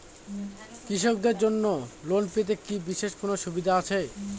কৃষকদের জন্য ঋণ পেতে কি বিশেষ কোনো সুবিধা আছে?